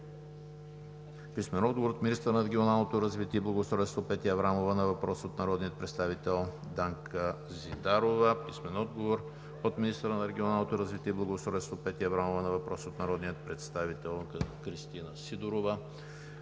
Елена Пешева; - министъра на регионалното развитие и благоустройството Петя Аврамова на въпрос от народния представител Данка Зидарова; - министъра на регионалното развитие и благоустройството Петя Аврамова на въпрос от народния представител Кристина Сидорова;